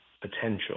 potential